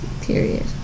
Period